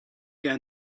going